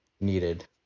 needed